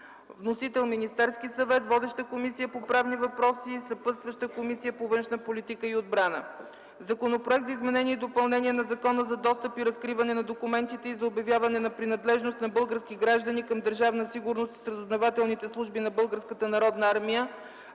Вносител – Министерският съвет. Водеща е Комисията по правни въпроси, съпътстваща е Комисията по външна политика и отбрана. Законопроект за изменение и допълнение на Закона за достъп и разкриване на документите и за обявяване на принадлежност на български граждани към